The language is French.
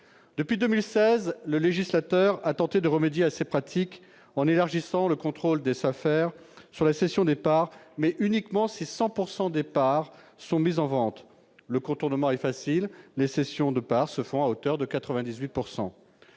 Depuis 2016, le législateur a tenté de remédier à ces pratiques en élargissant le contrôle des SAFER sur la cession des parts, mais uniquement si 100 % des parts sont mises en vente. Le contournement est facile : les cessions de parts se font à hauteur de 98